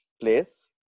place